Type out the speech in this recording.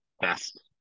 best